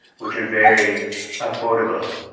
which are very affordable.